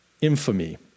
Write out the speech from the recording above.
infamy